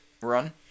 run